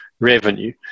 revenue